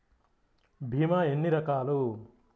భీమ ఎన్ని రకాలు?